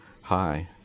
hi